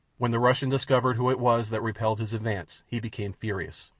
when the russian discovered who it was that repelled his advance he became furious,